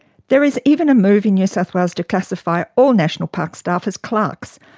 there is even a move in new south wales to classify all national parks staff as clerks,